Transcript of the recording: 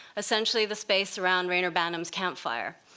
essentially the space around reyner banham's campfire.